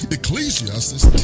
Ecclesiastes